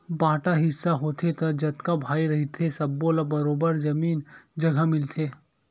बांटा हिस्सा होथे त जतका भाई रहिथे सब्बो ल बरोबर जमीन जघा मिलथे